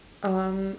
um